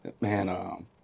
Man